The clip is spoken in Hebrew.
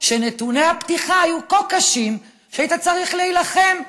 שנתוני הפתיחה היו כה קשים שהיית צריך להילחם.